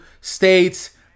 states